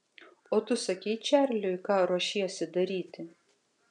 o tu sakei čarliui ką ruošiesi daryti